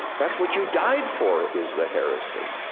that's what you died for, is the heresy.